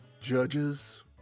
Judges